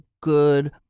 good